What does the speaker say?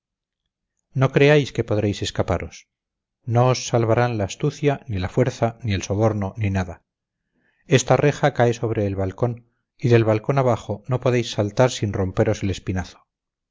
no creáis que podréis escaparos no os salvarán la astucia ni la fuerza ni el soborno ni nada esta reja cae sobre el balcón y del balcón abajo no podréis saltar sin romperos el espinazo